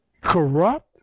corrupt